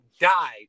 died